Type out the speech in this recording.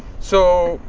so.